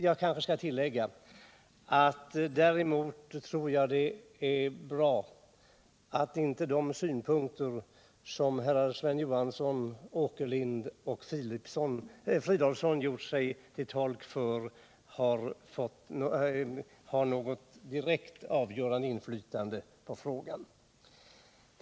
Jag kanske skall tillägga att däremot tror jag det är bra att inte de synpunkter som herrar Sven Johansson, Åkerlind och Fridolfsson gjort sig till tolk för har något direkt avgörande inflytande på frågan.